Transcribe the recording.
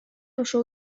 ошол